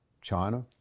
China